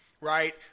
right